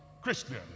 Christian